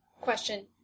Question